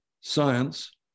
science